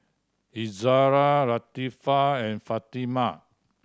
Izzara Latifa and Fatimah